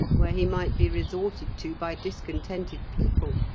where he might be resorted to by discontented people.